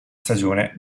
stagione